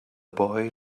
boy